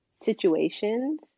situations